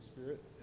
Spirit